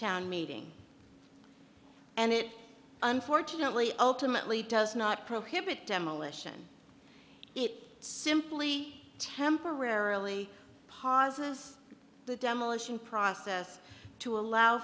town meeting and it unfortunately ultimately does not prohibit demolition it simply temporarily pass the demolition process to allow